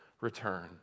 return